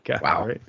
Wow